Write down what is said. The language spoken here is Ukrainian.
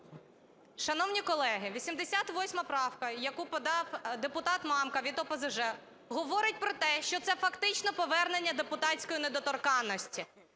Шановні колеги, 88 правка, яку подав депутат Мамка від ОПЗЖ, говорить про те, що це, фактично, повернення депутатської недоторканності.